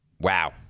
Wow